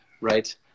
right